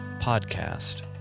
podcast